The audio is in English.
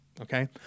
Okay